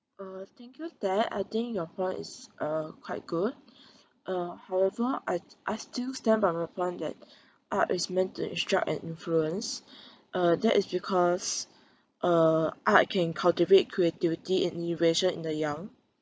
uh thank you thad I think your point is uh quite good uh however I I still stand by my point that art is meant to instruct and influence uh that is because uh art can cultivate creativity and innovation in the young